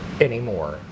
anymore